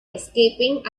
escaping